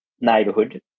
neighborhood